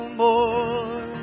more